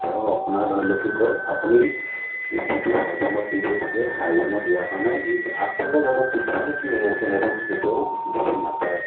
তেওঁৰ আপোনাৰ ধৰি লওক আপুনি যিটো হাই বিমত দি থৈ দিছে হাই বিমত দিয়াৰ কাৰণে ইজ আগফালৰজনে পিছফালে কি হৈছে সেইটো কেতিয়াও দেখি নাপায়